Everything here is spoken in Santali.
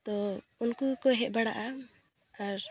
ᱛᱚ ᱩᱱᱠᱩ ᱜᱮᱠᱚ ᱦᱮᱡ ᱵᱟᱲᱟᱜᱼᱟ ᱟᱨ